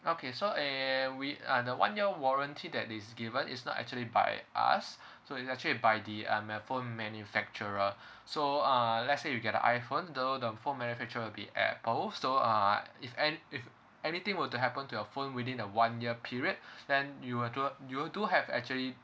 okay so and we ah the one year warranty that is given is not actually by us so it's actually by the uh phone manufacturer so uh let's say you get the iphone though the manufacturer will be apples so uh if a~ if anything were to happen to your phone within the one year period then you will d~ you will do have actually